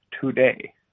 today